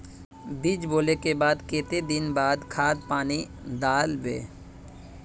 बीज बोले के बाद केते दिन बाद खाद पानी दाल वे?